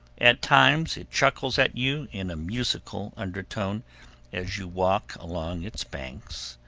at times it chuckles at you in a musical undertone as you walk along its banks,